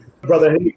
brother